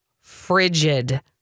frigid